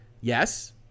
Yes